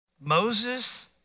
Moses